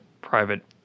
private